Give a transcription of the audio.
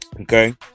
Okay